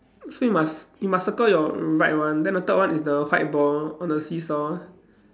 so you must you must you must circle your right one then the third one is the white ball on the seesaw